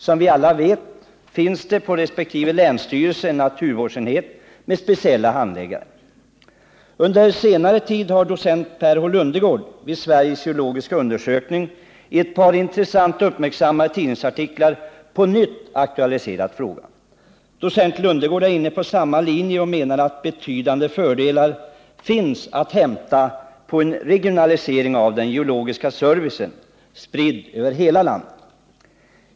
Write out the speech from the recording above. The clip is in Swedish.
Som vi alla vet finns på resp. länsstyrelse en naturvårdsenhet med speciella handläggare. Under senare tid har docent Per H. Lundegård vid Sveriges geologiska undersökning i ett par intressanta och uppmärksammade tidningsartiklar på nytt aktualiserat frågan. Docent Lundegård är inne på samma linje och menar att betydande fördelar finns att hämta på en regionalisering av den geologiska servicen spridd över hela landet.